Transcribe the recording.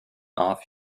off